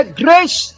grace